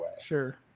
sure